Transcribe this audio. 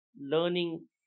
learning